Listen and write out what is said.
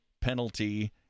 penalty